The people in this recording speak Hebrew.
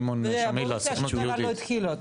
שמעון שגילה מהסוכנות היהודית.